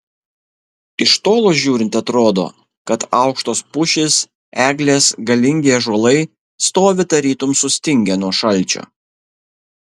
iš tolo žiūrint atrodo kad aukštos pušys eglės galingi ąžuolai stovi tarytum sustingę nuo šalčio